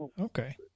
Okay